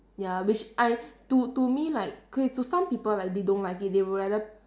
ya which I to to me like K to some people like they don't like it they would rather